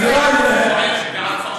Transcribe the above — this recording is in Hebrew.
טרור ההצתות.